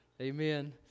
Amen